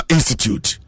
Institute